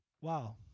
Wow